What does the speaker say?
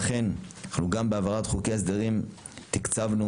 לכן אנחנו גם בהעברת חוק ההסדרים תקצבנו